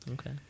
Okay